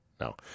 no